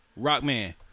Rockman